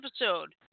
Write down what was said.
episode